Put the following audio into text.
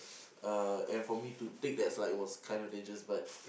uh and for me to take that's like it was kind of dangerous but